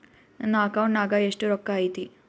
ನನ್ನ ಅಕೌಂಟ್ ನಾಗ ಎಷ್ಟು ರೊಕ್ಕ ಐತಿ?